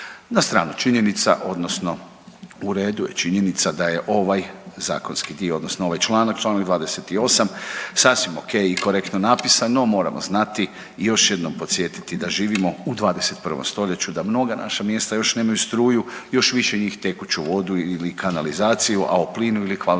Na stranu činjenica, odnosno u redu je činjenica da je ovaj zakonski dio, odnosno ovaj članak, čl. 28 sasvim okej i korektno napisan, no moramo znati i još jednom podsjetiti da živimo u 21. st., da mnoga naša mjesta još nemaju struju, još više njih tekuću vodu ili kanalizaciju, a o plinu ili kvalitetnom